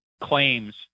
claims